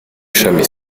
shami